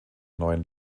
neuen